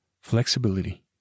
Flexibility